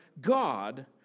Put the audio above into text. God